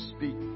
Speak